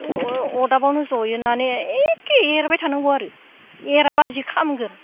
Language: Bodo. अरदाबावनो जनानै एक्के एरबाय थानांगौ आरो एराबा जि खामगोन